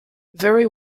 very